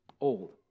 old